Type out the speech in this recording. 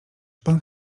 pan